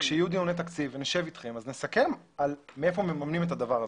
כשיהיו דיוני תקציב ונשב אתכם אז נסכם על מאיפה ממנים את הדבר הזה.